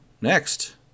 Next